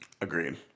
Agreed